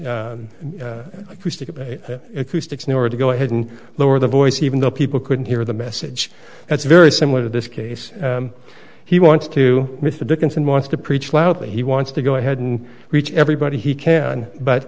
order to go ahead and lower the voice even though people couldn't hear the message that's very similar to this case he wants to with the dickinson wants to preach loudly he wants to go ahead and reach everybody he can